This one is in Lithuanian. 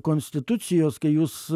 konstitucijos kai jūs